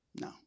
no